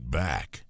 back